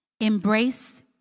Embrace